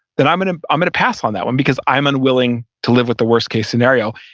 then i'm going ah um to pass on that one because i'm unwilling to live with the worst case scenario.